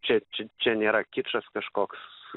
čia čia čia nėra kičas kažkoks